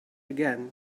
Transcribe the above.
again